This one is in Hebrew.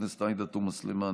חברת הכנסת עאידה תומא סלימאן,